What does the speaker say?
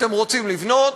אתם רוצים לבנות,